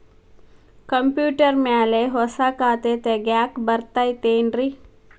Computer ಮ್ಯಾಲೆ ಹೊಸಾ ಖಾತೆ ತಗ್ಯಾಕ್ ಬರತೈತಿ ಏನ್ರಿ?